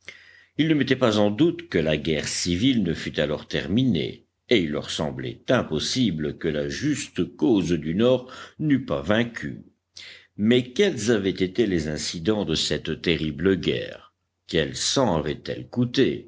ils ne mettaient pas en doute que la guerre civile ne fût alors terminée et il leur semblait impossible que la juste cause du nord n'eût pas vaincu mais quels avaient été les incidents de cette terrible guerre quel sang avait-elle coûté